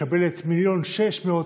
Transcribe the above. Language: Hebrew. מקבלת 1.6 מיליון,